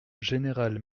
général